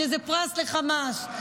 שזה פרס לחמאס,